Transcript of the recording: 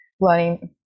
learning